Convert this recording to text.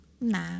Nah